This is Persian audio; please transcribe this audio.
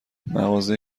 مغازه